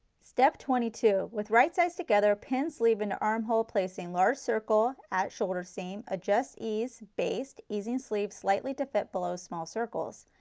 step twenty two with right sides together pin sleeve and armhole placing large circle at shoulder seam, adjust ease, baste, easing sleeves slightly to fit below small circles.